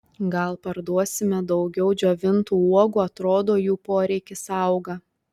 gal parduosime daugiau džiovintų uogų atrodo jų poreikis auga